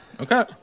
Okay